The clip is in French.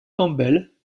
campbell